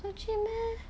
so cheap meh